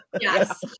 Yes